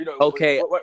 Okay